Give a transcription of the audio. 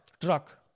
Truck